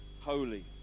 holy